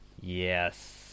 Yes